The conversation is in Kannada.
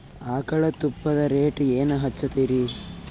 ಆಕಳ ತುಪ್ಪದ ರೇಟ್ ಏನ ಹಚ್ಚತೀರಿ?